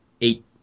eight